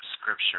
scripture